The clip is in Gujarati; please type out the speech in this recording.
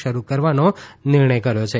શરૂ કરવાનો નિર્ણય કર્યો છે